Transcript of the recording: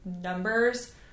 numbers